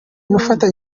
ufata